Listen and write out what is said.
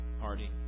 party